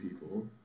people